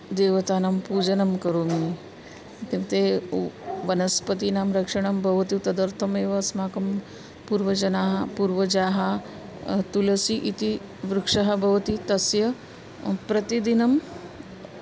देवतानां पूजनं करोमि इत्युक्ते उ वनस्पतीनां रक्षणं भवतु तदर्थमेव अस्माकं पूर्वजनाः पूर्वजाः तुलसी इति वृक्षः भवति तस्य प्रतिदिनं